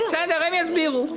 הם יסבירו.